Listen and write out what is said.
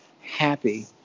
Happy